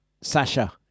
Sasha